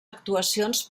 actuacions